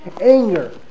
Anger